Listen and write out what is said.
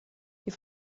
die